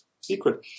secret